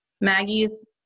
Maggie's